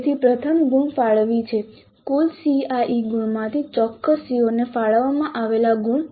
તેથી પ્રથમ ગુણ ફાળવણી છે કુલ CIE ગુણમાંથી ચોક્કસ CO ને ફાળવવામાં આવેલા ગુણ